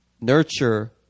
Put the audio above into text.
Nurture